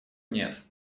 нет